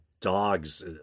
dogs